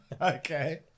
Okay